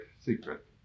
secret